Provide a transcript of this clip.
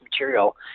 material